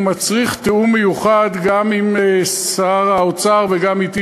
הוא מצריך תיאום מיוחד גם עם שר האוצר וגם אתי,